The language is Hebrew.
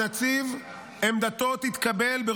הנציב עמדתו תתקבל,